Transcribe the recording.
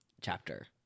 chapter